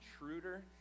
intruder